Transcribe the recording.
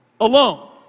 alone